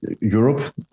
Europe